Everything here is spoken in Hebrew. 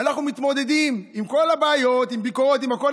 אנחנו מתמודדים עם כל הבעיות, עם ביקורת, עם הכול.